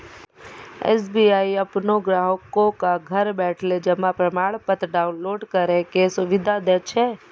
SBI अपनो ग्राहको क घर बैठले जमा प्रमाणपत्र डाउनलोड करै के सुविधा दै छै